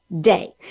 day